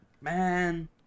man